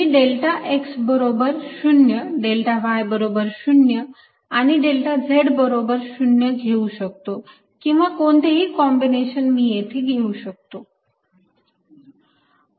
मी delta x बरोबर 0 delta y बरोबर 0 delta z बरोबर 0 घेऊ शकतो किंवा कोणतेही कॉम्बिनेशन मी येथे घेऊ शकतो